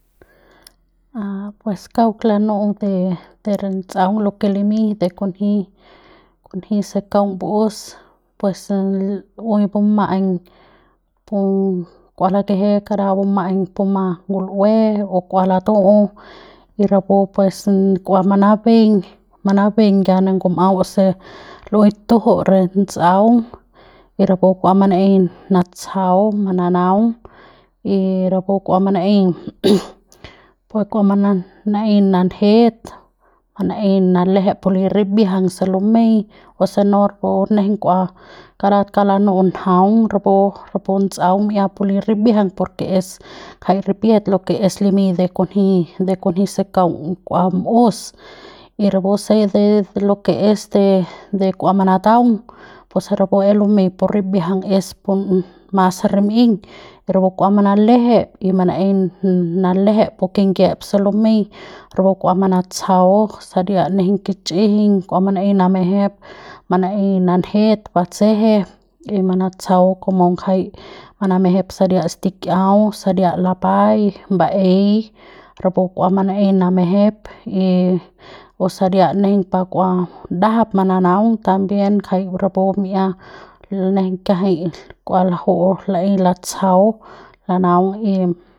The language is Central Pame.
A pues kauk lanu'u de de re ts'aung lo ke limiñ de kunji kunji se kaung baus pues lu'ui buma'ai pu kua lakeje kara buma'aiñ puma ngul'ue o kua latu'u y rapu pues kua manabeiñ manabeiñ ya ngum'au se lu'ui tujut re ts'aung y rapu kua manaei natsjau mananaung y rapu kua man'eiñ pu kuama naei nanjet manaei nalejep pu li rimbiajang se lumei o se no rapu nejei kua karat kauk lanu'u njaung rapu rapu ts'aung mi'ia pu li rimbiajang por ke es jai ripiet lo ke es limiñ de kunji de kunji se k'ua maus y rapu se de lo ke es de k'ua manataung pus rapu es lumei pu rimbiajang es pun mas rim'iñ rapu kua manalejep y mana'ei manalejep pu kingiep se lumei rapu kua manatsjau saria nejeiñ ke kich'ijiñ kua manaei namejep manaei nanjet batseje y manatsjau kom ngjai manajep saria stikiau saria lapai baei rapu kua manei manajep y o saria nejeiñ pa kua ndajap mananaung también ngjai rapu mi'ia nejeiñ kiajai kua laju'u laeiñ latsjau lanaung.